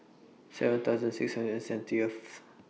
seven thousand six hundred and seventieth